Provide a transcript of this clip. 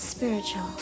Spiritual